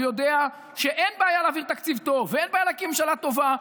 הוא יודע שאין בעיה להעביר תקציב טוב ואין בעיה להקים ממשלה טובה.